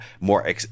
more